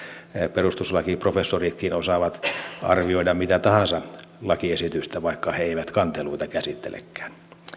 perustuslakiprofessoritkin osaavat arvioida mitä tahansa lakiesitystä vaikka he eivät kanteluita käsittelekään